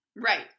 Right